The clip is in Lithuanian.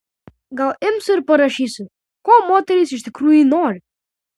gal imsiu ir parašysiu ko moterys iš tikrųjų nori